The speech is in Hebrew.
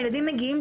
הילדים מגיעים,